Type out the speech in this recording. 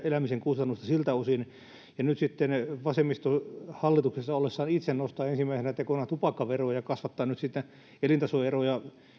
elämisen kustannusta siltä osin oli kasvattanut pelkästään tupakan hinnannousu kun nyt sitten vasemmisto hallituksessa ollessaan itse nostaa ensimmäisenä tekonaan tupakkaveroa ja kasvattaa nyt sitten elintasoeroja